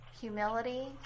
humility